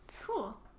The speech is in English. cool